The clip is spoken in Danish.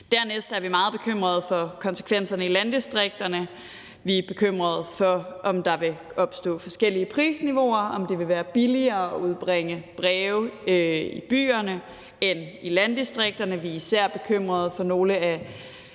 Dernæst er vi meget bekymrede for konsekvenserne i landdistrikterne. Vi er bekymrede for, om der vil opstå forskellige prisniveauer; om det vil være billigere at udbringe breve i byerne end i landdistrikterne. Og vi er især bekymrede for nogle af